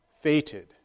fated